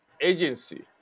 agency